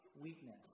weakness